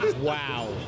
Wow